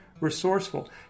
resourceful